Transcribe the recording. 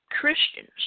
Christians